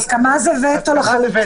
הסכמה זה וטו לחלוטין.